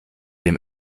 dem